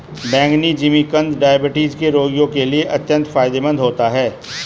बैंगनी जिमीकंद डायबिटीज के रोगियों के लिए अत्यंत फायदेमंद होता है